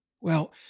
Well